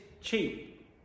cheap